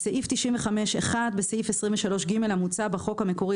בסעיף 95(1) בסעיף 23ג המוצע בחוק המקורי